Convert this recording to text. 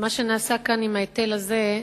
ומה שנעשה כאן עם ההיטל הזה,